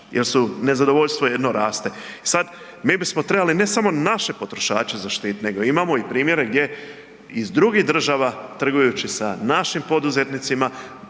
jer nezadovoljstvo jedno raste. Sad mi bismo trebali ne samo naše potrošače zaštitit, nego imamo i primjere gdje iz drugih država trgujući sa našim poduzetnicima